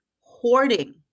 Hoarding